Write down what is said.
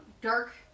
dark